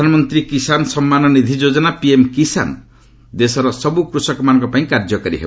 ପ୍ରଧାନମନ୍ତ୍ରୀ କିଷାନ ସମ୍ମାନ ନିଧ୍ୟ ଯୋକନା ପିଏମ୍ କିଷାନ୍ ଦେଶର ସବୁ କୃଷକମାନଙ୍କ ପାଇଁ କାର୍ଯ୍ୟକାରୀ ହେବ